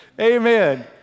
Amen